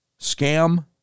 scam